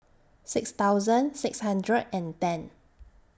six thousand six hundred and ten